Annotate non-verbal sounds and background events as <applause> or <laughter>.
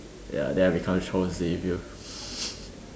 ya then I become Charles Xavier <noise>